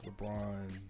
LeBron